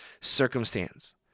circumstance